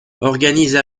organisent